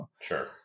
Sure